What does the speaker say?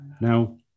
Now